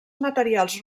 materials